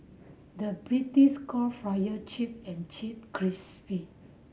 the British call frier chip and chip crispy